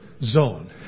zone